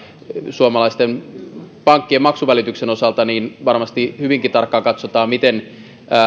suomalaisten pankkien maksuvälityksen osalta varmasti hyvinkin tarkkaan katsotaan miten